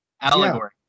Allegory